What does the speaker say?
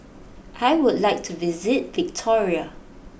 I would like to visit Victoria